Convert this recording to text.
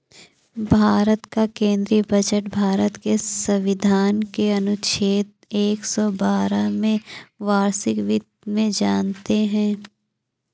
भारत का केंद्रीय बजट भारत के संविधान के अनुच्छेद एक सौ बारह में वार्षिक वित्त में जानते है